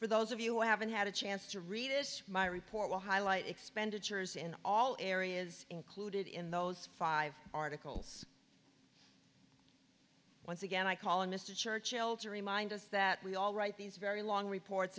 for those of you haven't had a chance to read this my report will highlight expenditures in all areas included in those five articles once again i call him mr churchill to remind us that we all write these very long reports